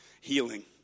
healing